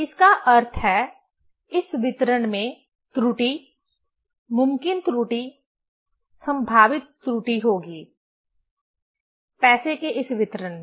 इसका अर्थ है इस वितरण में त्रुटि मुमकिन त्रुटि संभावित त्रुटि होगी पैसे के इस वितरण में